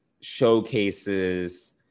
showcases